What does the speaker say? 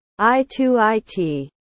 I2IT